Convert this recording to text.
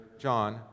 John